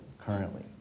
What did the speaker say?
currently